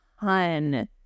ton